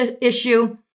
issue